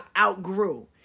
outgrew